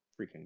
freaking